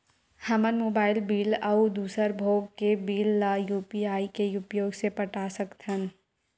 हमन mobile bill अउ दूसर भोग के बिल ला यू.पी.आई के उपयोग से पटा सकथन